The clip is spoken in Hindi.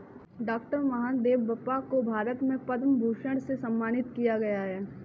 डॉक्टर महादेवप्पा को भारत में पद्म भूषण से सम्मानित किया गया है